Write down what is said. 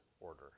order